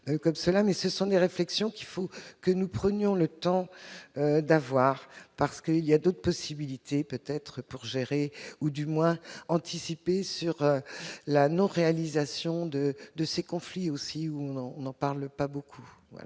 mais ce sont des réflexions qu'il faut que nous prenions le temps d'avoir parce que il y a d'autres possibilités, peut-être pour gérer ou du moins anticiper sur la note, réalisation de de ces conflits aussi où on on n'en parle pas beaucoup, voilà